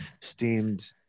steamed